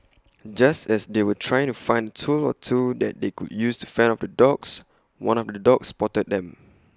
just as they were trying to find A tool or two that they could use to fend off the dogs one of the dogs spotted them